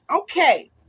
Okay